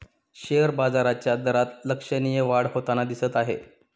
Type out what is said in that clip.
share बाजाराच्या दरात लक्षणीय वाढ होताना दिसत आहे